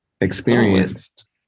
experienced